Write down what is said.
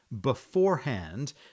beforehand